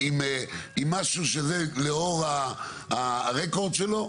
עם משהו שלאור הרקורד שלו?